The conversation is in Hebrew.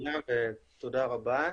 תודה רבה.